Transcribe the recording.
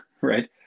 right